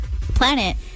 planet